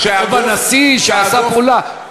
או בנשיא, שעשה פעולה?